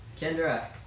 Kendra